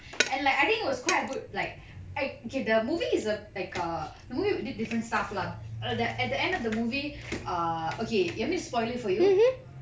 and like I think it was quite a good like okay the movie is a like a the movie did different stuff lah at the at the end of the movie err okay you want me spoil it for you